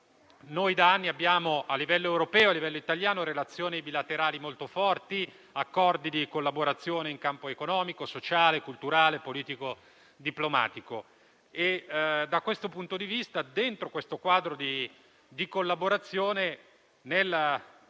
che, da anni, a livello europeo e italiano abbiamo relazioni bilaterali molto forti, con accordi di collaborazione in campo economico, sociale, culturale, politico e diplomatico. Da questo punto di vista, all'interno di questo quadro di collaborazione, nel